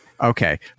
Okay